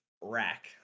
rack